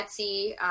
Etsy